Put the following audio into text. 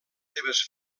seves